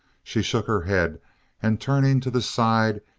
she shook her head and turning to the side,